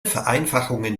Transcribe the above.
vereinfachungen